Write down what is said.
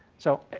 so,